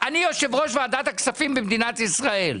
אני יושב ראש ועדת הכספים במדינת ישראל,